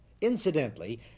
Incidentally